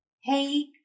hey